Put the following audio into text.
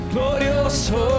Glorioso